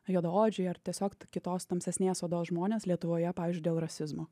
juodaodžiai ar tiesiog kitos tamsesnės odos žmonės lietuvoje pavyzdžiui dėl rasizmo